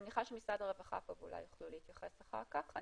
אני מניחה שמשרד הרווחה פה ואולי הם יוכלו להתייחס לזה אחר כך.